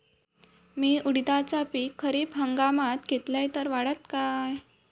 मी उडीदाचा पीक खरीप हंगामात घेतलय तर वाढात काय?